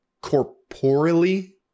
corporally